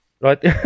right